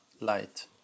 Light